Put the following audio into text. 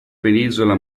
penisola